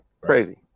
crazy